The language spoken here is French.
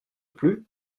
plus